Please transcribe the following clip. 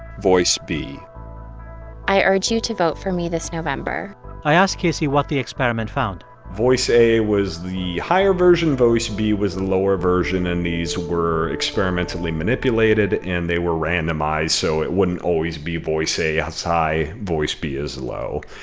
voice b i urge you to vote for me this november i ask casey what the experiment found voice a was the higher version. voice b was the lower version. and these were experimentally manipulated, and they were randomized so it wouldn't always be voice a is high, voice b is low.